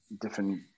different